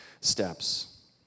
steps